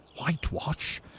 Whitewash